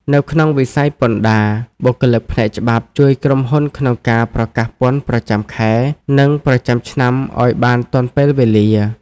នៅក្នុងវិស័យពន្ធដារ បុគ្គលិកផ្នែកច្បាប់ជួយក្រុមហ៊ុនក្នុងការប្រកាសពន្ធប្រចាំខែ និងប្រចាំឆ្នាំឱ្យបានទាន់ពេលវេលា។